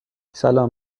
سلام